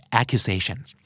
accusations